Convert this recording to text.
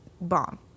bomb